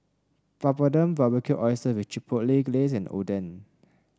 Papadum Barbecue Oyster with Chipotle Glaze and Oden